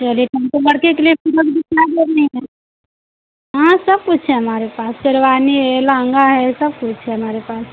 चलिये हाँ सब कुछ है हमारे पास शेरवानी है लहंगा है सब कुछ है हमारे पास